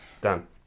Done